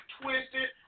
twisted